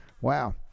wow